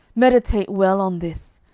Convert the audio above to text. meditate well on this!